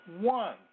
one